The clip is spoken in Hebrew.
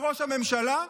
לראש הממשלה?